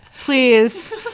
please